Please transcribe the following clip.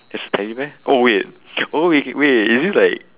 there's a teddy bear oh wait oh wait wait is this like